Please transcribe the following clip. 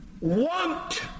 want